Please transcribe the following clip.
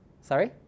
Sorry